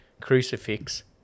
crucifix